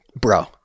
Bro